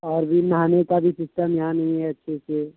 اور بھی نہانے کا بھی سسٹم یہاں نہیں ہے اچھے سے